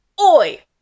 Oi